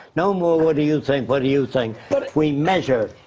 no more what do you think? what do you think? but we measure.